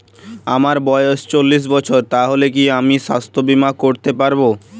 আমার বয়স চল্লিশ বছর তাহলে কি আমি সাস্থ্য বীমা করতে পারবো?